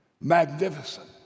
magnificent